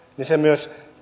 niin se myös